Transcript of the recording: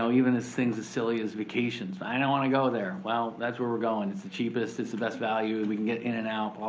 even as things as silly as vacations. i don't wanna go there. well, that's where we're goin'. it's the cheapest, it's the best value and we can get in and out,